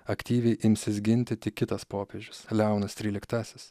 aktyviai imsis ginti tik kitas popiežius leonas tryliktasis